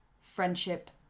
friendship